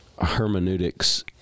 hermeneutics